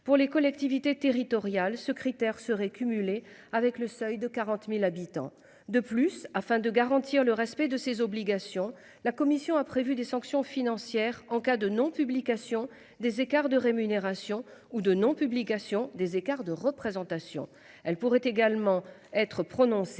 pour les collectivités territoriales ce critère serait. Avec le seuil de 40.000 habitants de plus, afin de garantir le respect de ses obligations. La Commission a prévu des sanctions financières en cas de non-, publication des écarts de rémunération ou de non-, publication des écarts de représentation. Elle pourrait également être prononcée.